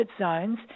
zones